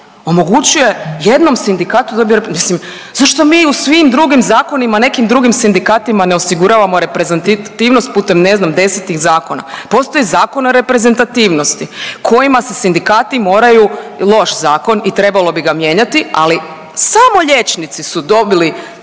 omogućuje jednom sindikatu da … mislim zašto mi u svim drugim zakonima nekim drugim sindikatima ne osiguravamo reprezentativnost putem ne znam desetih zakona. Postoji Zakon o reprezentativnosti kojima se sindikati moraju, loš zakon i trebalo bi ga mijenjati, ali samo liječnici su dobili